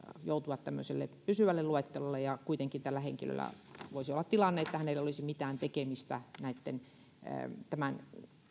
joutua tämmöiseen pysyvään luetteloon kun kuitenkin tällä henkilöllä voisi olla tilanne että hänellä ei olisi mitään tekemistä tämän